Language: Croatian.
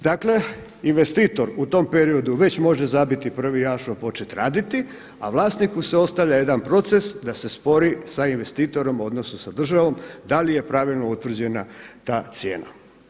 Dakle, investitor u tom periodu već može zabiti prvi ašov početi raditi, a vlasniku se ostavlja jedan proces da se spori sa investitorom odnosno sa državom da li je pravilno utvrđena ta cijena.